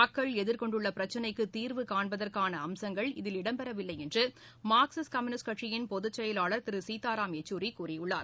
மக்கள் எதிர்கொண்டுள்ள பிரச்சினைக்கு தீர்வு காண்பதற்கான அம்சங்கள் இதில் இடம்பெறவில்லை என்று மார்க்சிஸ்ட் கம்யுனிஸ்ட் கட்சியின் பொதுச்செயலாளர் திரு சீதாராம் யச்சூரி கூறியுள்ளார்